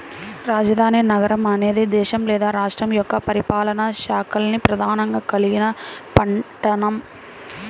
రాజధాని నగరం అనేది దేశం లేదా రాష్ట్రం యొక్క పరిపాలనా శాఖల్ని ప్రధానంగా కలిగిన పట్టణం